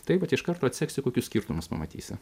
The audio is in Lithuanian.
taip vat iš karto atseksi kokius skirtumus pamatysi